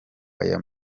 aya